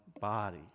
body